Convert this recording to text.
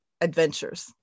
adventures